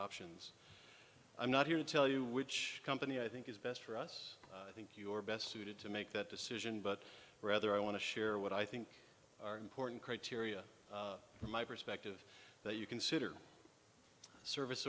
options i'm not here to tell you which company i think is best for us i think your best suited to make that decision but rather i want to share what i think are important criteria from my perspective that you consider service